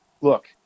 look